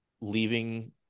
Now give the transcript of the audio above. leaving